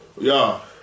Y'all